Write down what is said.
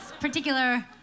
particular